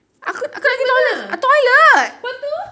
kau nak pergi mana lepas tu